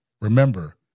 remember